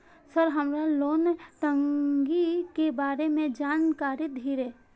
Sir हमरा loan टंगी के बारे में जान कारी धीरे?